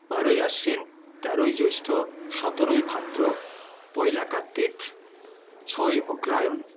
বারোই আশ্বিন তেরোই জ্যৈষ্ঠ সতেরোই ভাদ্র পয়লা কার্ত্তিক ছয়ই অগ্রহায়ণ